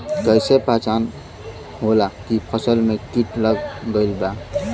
कैसे पहचान होला की फसल में कीट लग गईल बा?